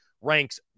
ranks